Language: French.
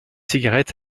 cigarette